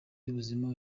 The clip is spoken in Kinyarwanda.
y’ubuzima